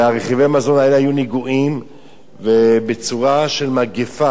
ורכיבי המזון האלה היו נגועים בצורה של מגפה,